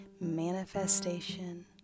manifestation